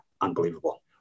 unbelievable